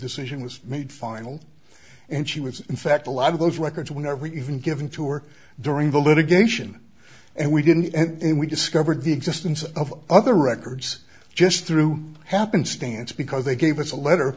decision was made final and she was in fact a lot of those records were never even given to or during the litigation and we didn't and we discovered the existence of other records just through happenstance because they gave us a letter